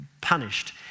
punished